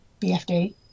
BFD